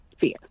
fear